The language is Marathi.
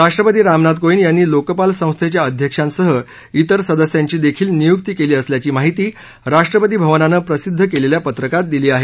राष्ट्रपती रामनाथ कोविंद यांनी लोकपाल संस्थेच्या अध्यक्षांसह इतर सदस्यांची देखील नियुक्ती केली असल्याची माहिती राष्ट्रपती भवनानं प्रसिद्ध केलेल्या पत्रकात दिली आहे